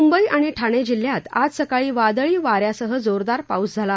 मुंबई आणि ठाणे जिल्ह्यात आज सकाळी वादळी वाऱ्यासह जोरदार पाऊस झाला